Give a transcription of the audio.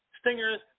Stingers